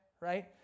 right